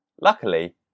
Luckily